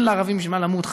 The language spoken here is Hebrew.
אין לערבים בשביל מה למות.